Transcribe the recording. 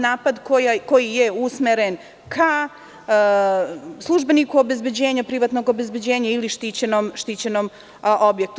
Napad koji je usmeren ka službeniku obezbeđenja, privatnog obezbeđenja ili štićenom objektu.